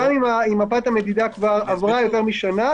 גם אם למפת המדידה עברה יותר משנה,